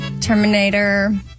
Terminator